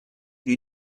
you